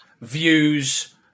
views